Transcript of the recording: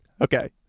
okay